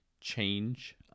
change